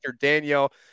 Daniel